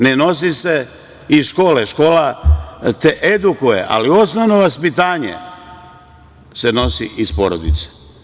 Ne nosi se iz škole, škola te edukuje, ali osnovno vaspitanje se nosi iz porodice.